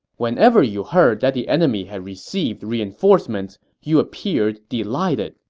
whenever you heard that the enemy had received reinforcements, you appeared delighted.